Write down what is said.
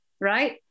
right